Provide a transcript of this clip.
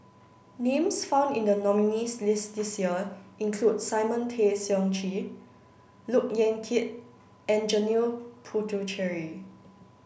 names found in the nominees' list this year include Simon Tay Seong Chee Look Yan Kit and Janil Puthucheary